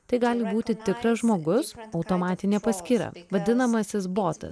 tai gali būti tikras žmogus automatinė paskyra vadinamasis botas